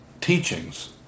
teachings